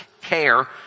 care